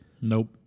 nope